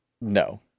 No